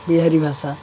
ବିହାରୀ ଭାଷା